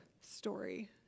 story